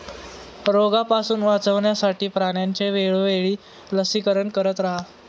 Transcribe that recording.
रोगापासून वाचवण्यासाठी प्राण्यांचे वेळोवेळी लसीकरण करत रहा